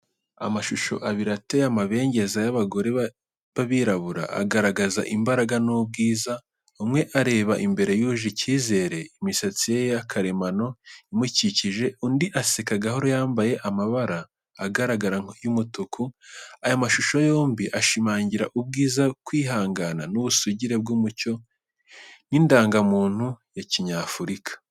Amashusho abiri ateye amabengeza y’abagore b’abirabura, agaragaza imbaraga n’ubwiza. Umwe areba imbere yuje icyizere, imisatsi ye karemano imukikije. Undi aseka gahoro, yambaye amabara agaragara y'umutuku. Aya mashusho yombi ashimangira ubwiza, kwihangana, n’ubusugire bw’umuco n’indangamuntu ya kinyafurika.